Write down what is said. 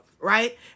Right